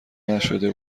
نشده